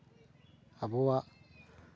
ᱟᱵᱚᱣᱟᱜ